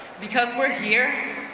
because we're here,